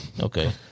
Okay